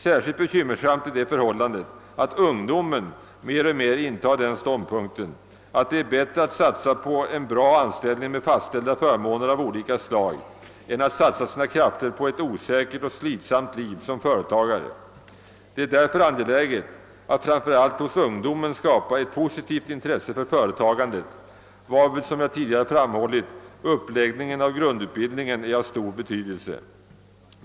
Särskilt bekymmersamt är det förhållandet att ungdomen mer och mer intar ståndpunkten, att det är bättre att satsa på en god anställning med fastställda förmåner av olika slag än att lägga ned sina krafter på ett osäkert och slitsamt liv som företagare. Det är därför angeläget att framför allt hos ungdomen skapa ett positivt intresse för företagandet, varvid som jag tidigare framhållit uppläggningen av grundutbildningen är av stor betydelse.